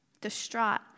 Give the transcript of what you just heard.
Distraught